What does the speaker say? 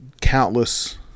countless